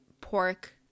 pork